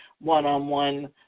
one-on-one